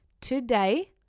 today